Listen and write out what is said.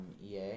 EA